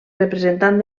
representant